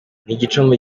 igicumbi